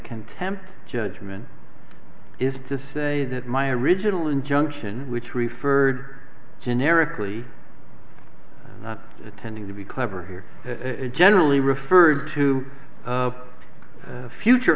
contempt judgement is to say that my original injunction which referred generically not attending to be clever here generally referred to